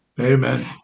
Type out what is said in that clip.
Amen